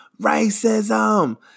Racism